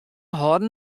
hâlden